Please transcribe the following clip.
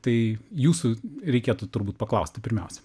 tai jūsų reikėtų turbūt paklausti pirmiausia